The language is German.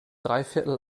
dreiviertel